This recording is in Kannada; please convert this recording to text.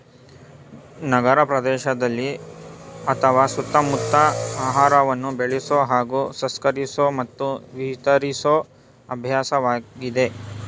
ನಗರಪ್ರದೇಶದಲ್ಲಿ ಅತ್ವ ಸುತ್ತಮುತ್ತ ಆಹಾರವನ್ನು ಬೆಳೆಸೊ ಹಾಗೂ ಸಂಸ್ಕರಿಸೊ ಮತ್ತು ವಿತರಿಸೊ ಅಭ್ಯಾಸವಾಗಿದೆ